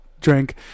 drink